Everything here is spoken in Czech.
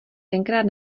tenkrát